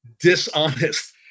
dishonest